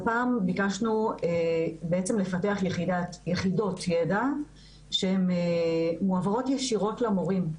הפעם ביקשנו לפתח יחידות ידע שמועברות ישירות למורים,